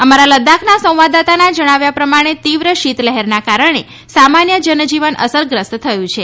અમારા લદાખના સંવાદદાતા જણાવ્યા પ્રમાણે તીવ્ર શીત લહેરના કારણએ સામાન્ય જનજીવન અસરગ્રસ્ત થયું છે